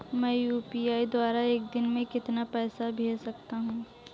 मैं यू.पी.आई द्वारा एक दिन में कितना पैसा भेज सकता हूँ?